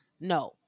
no